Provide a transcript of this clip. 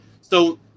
So-